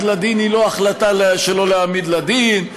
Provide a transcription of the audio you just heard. לדין היא לא החלטה שלא להעמיד לדין,